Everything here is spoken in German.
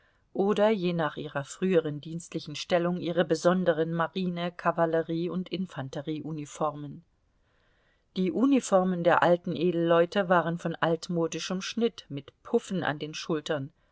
oder je nach ihrer früheren dienstlichen stellung ihre besonderen marine kavallerie und infanterie uniformen die uniformen der alten edelleute waren von altmodischem schnitt mit puffen an den schultern